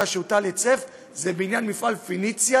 שהוטל היטל היצף זה בעניין מפעל פניציה,